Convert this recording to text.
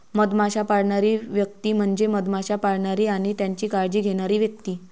मधमाश्या पाळणारी व्यक्ती म्हणजे मधमाश्या पाळणारी आणि त्यांची काळजी घेणारी व्यक्ती